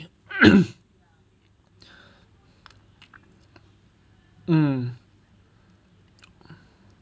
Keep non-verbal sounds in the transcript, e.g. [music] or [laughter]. [coughs] mm